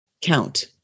count